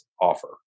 offer